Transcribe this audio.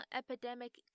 epidemic